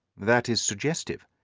that is suggestive.